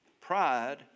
Pride